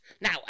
Now